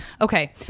okay